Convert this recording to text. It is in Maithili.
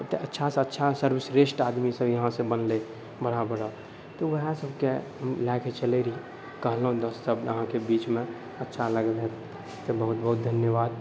तऽ अच्छा सँ अच्छा सर्वश्रेष्ठ आदमी सब यहाँसँ बनलै बड़ा बड़ा तऽ वएह सबके लअ कऽ चले रही कहलौ दस शब्द अहाँके बीचमे अच्छा लागल हैत तऽ बहुत बहुत धन्यवाद